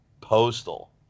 postal